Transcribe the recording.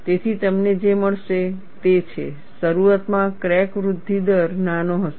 તેથી તમને જે મળશે તે છે શરૂઆતમાં ક્રેક વૃદ્ધિ દર નાનો હશે